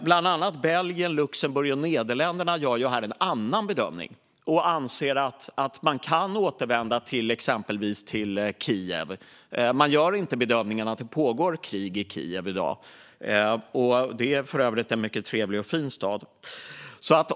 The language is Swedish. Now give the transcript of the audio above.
Bland annat Belgien, Luxemburg och Nederländerna gör här en annan bedömning och anser att det går att återvända till exempelvis Kiev. Man gör inte bedömningen att det pågår krig i Kiev i dag. Det är för övrigt en mycket trevlig och fin stad.